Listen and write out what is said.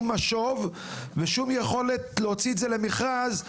משוב או יכולת להוציא את זה למכרז,